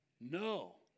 No